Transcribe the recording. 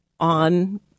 on